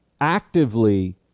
actively